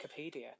Wikipedia